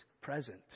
present